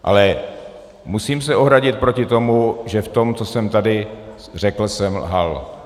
Ale musím se ohradit proti tomu, že v tom, co jsem tady řekl, jsem lhal.